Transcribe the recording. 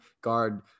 guard